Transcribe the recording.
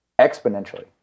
exponentially